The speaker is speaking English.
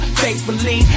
faithfully